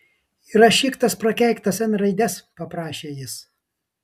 įrašyk tas prakeiktas n raides paprašė jis